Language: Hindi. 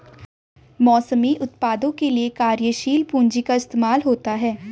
मौसमी उत्पादों के लिये कार्यशील पूंजी का इस्तेमाल होता है